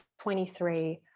23